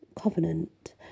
covenant